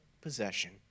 possession